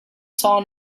saw